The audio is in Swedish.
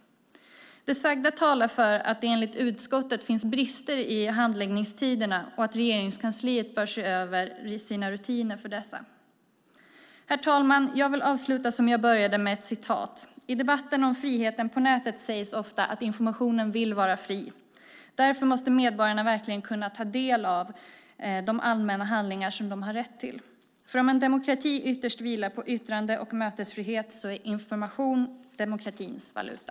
Det sagda talar enligt utskottet för att det finns brister i handläggningstiderna och att Regeringskansliet bör se över sina rutiner för dessa. Herr talman! Jag vill avsluta som jag började, med ett citat. I debatten om friheten på nätet sägs ofta att informationen vill vara fri. Därför måste medborgarna verkligen kunna ta del av de allmänna handlingar som de har rätt till, för om en demokrati ytterst vilar på yttrande och mötesfrihet är information demokratins valuta.